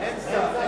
אין שר.